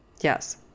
Yes